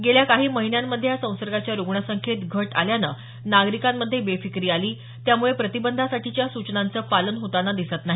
गेल्या काही महिन्यांमध्ये या संसर्गाच्या रुग्णसंख्येत घट आल्यानं नागरिकांमध्ये बेफिकिरी आली त्यामुळे प्रतिबंधासाठीच्या सुचनांचं पालन होताना दिसत नाही